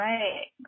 Right